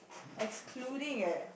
excluding eh